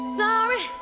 sorry